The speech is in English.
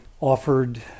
offered